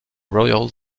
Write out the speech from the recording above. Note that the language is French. royal